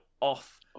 off